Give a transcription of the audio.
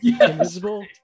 Invisible